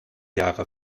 jahre